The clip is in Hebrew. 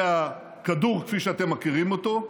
זה הכדור כפי שאתם מכירים אותו,